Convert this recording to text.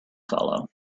follow